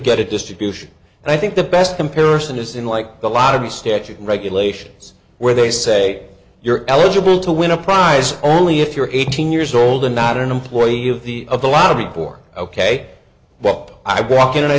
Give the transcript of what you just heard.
get a distribution and i think the best comparison is in like a lot of the statute regulations where they say you're eligible to win a prize only if you're eighteen years old and not an employee of the of the law before ok well i back in and i